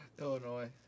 Illinois